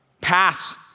pass